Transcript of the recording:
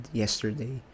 yesterday